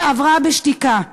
שעברה בשתיקה.